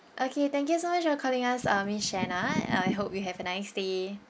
okay thank you so much for calling us uh miss shena I hope you have a nice day